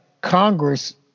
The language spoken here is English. Congress